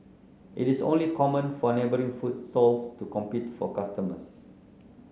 it is only common for neighbouring food stalls to compete for customers